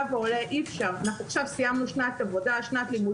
אי-אפשר, אנחנו עכשיו סיימנו שנת לימודים.